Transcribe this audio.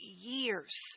years